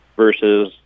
Versus